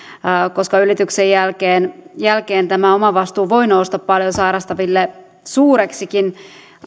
koska lääkekaton ylityksen jälkeen jälkeen tämä lääkekohtainen omavastuu voi nousta paljon sairastaville suureksikin